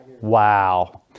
wow